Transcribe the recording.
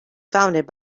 founded